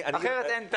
אחרת אין טעם.